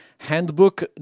Handbook